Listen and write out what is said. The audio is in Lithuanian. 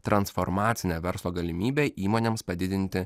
transformacinė verslo galimybė įmonėms padidinti